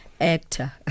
actor